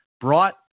brought